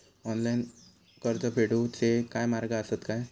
Online कर्ज फेडूचे काय मार्ग आसत काय?